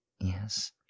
yes